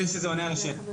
אני מקווה שזה עונה על השאלה.